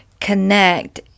connect